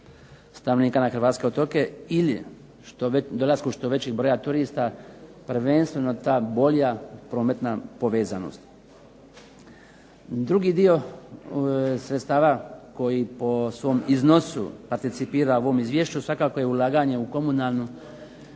stanovnika na hrvatske otoke ili je dolaskom što većeg broja turista prvenstveno ta bolja prometna povezanost. Drugi dio sredstava koji po svom iznosu participira u ovom izvješću, svakako je ulaganje u komunalnu